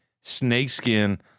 snakeskin